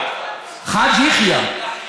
יַחיָא.